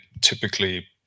typically